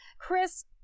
Chris